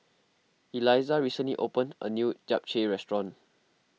Elizah recently opened a new Japchae restaurant